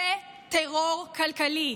זה טרור כלכלי.